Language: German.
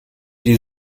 die